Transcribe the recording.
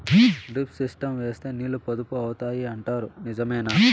Drip system వేస్తే నీళ్లు పొదుపు అవుతాయి అంటారు నిజమేనా?